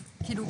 כאילו,